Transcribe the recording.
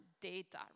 data